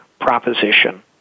proposition